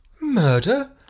Murder